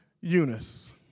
Eunice